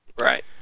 Right